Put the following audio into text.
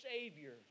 Savior